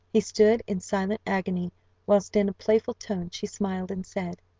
he stood in silent agony whilst in a playful tone she smiled and said,